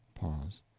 pause.